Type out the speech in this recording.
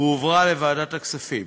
והועברה לוועדת הכספים.